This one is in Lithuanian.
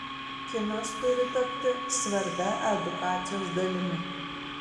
kinas turi tapti svarbia edukacijos dalimi